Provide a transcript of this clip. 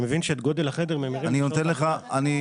אני אתן לך לדבר